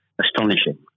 astonishing